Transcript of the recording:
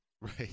right